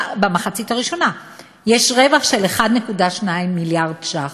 במחצית הראשונה יש רווח של 1.2 מיליארד שקל.